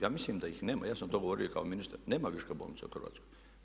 Ja mislim da ih nema, ja sam to govorio i kao ministar, nema više bolnica u Hrvatskoj.